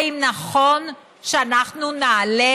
האם נכון שאנחנו נעלה,